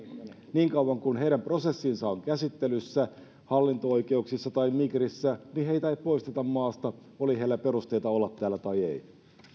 niin kauan kuin kuin heidän prosessinsa on käsittelyssä hallinto oikeuksissa tai migrissä heitä ei poisteta maasta oli heillä perusteita olla täällä tai ei